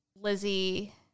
Lizzie